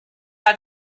hat